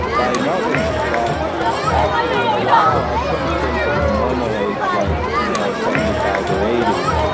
but i noticed that after a while, i couldn't think of a normal age like, you know, seventy five or eighty,